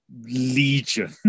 legion